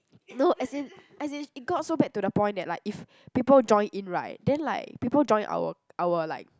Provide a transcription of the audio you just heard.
no as in as in it got so bad to the point that like if people join in right then like people join our our like